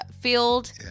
field